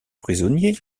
prisonniers